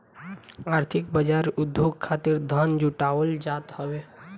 आर्थिक बाजार उद्योग खातिर धन जुटावल जात हवे